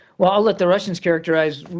well, i'll let the russians characterize